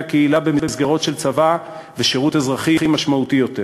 הקהילה במסגרות של צבא ושירות אזרחי משמעותי יותר,